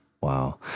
Wow